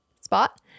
spot